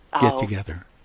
get-together